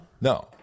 No